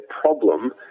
problem